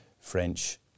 French